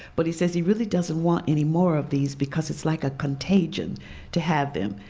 but he says he really doesn't want any more of these because it's like a contagion to have them.